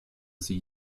sie